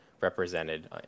represented